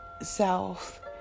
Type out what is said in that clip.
self